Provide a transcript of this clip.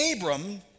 Abram